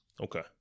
Okay